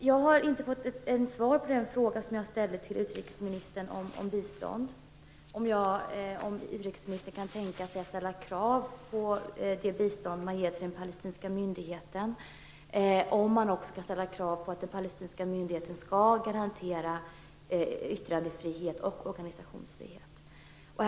Jag har inte fått något svar på den fråga som jag ställde till utrikesministern om bistånd, om utrikesministern kan tänka sig att ställa krav på det bistånd som man ger till den palestinska myndigheten, om man också kan ställa krav på att den palestinska myndigheten skall garantera yttrandefrihet och organisationsfrihet.